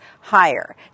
higher